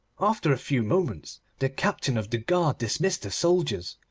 after a few moments the captain of the guard dismissed the soldiers.